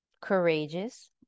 courageous